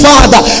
Father